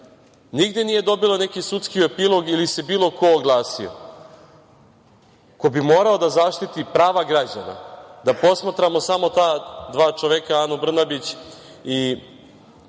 nigde nije dobilo neki sudski epilog ili se bilo ko oglasio ko bi morao da zaštiti prava građana. Da posmatramo samo ta dva čoveka, Anu Brnabić,